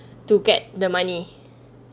to get the money